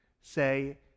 say